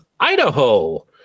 Idaho